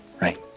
right